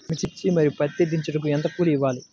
మిర్చి మరియు పత్తి దించుటకు ఎంత కూలి ఇవ్వాలి?